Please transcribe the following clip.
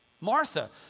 Martha